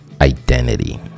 identity